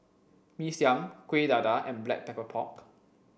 Mee Siam Kueh Dadar and black pepper pork